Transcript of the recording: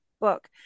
book